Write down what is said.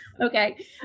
Okay